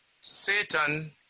Satan